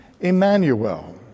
Emmanuel